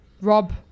Rob